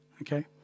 Okay